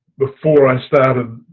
before i started